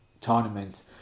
tournament